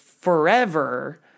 forever